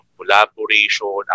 collaboration